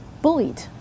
bullied